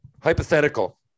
hypothetical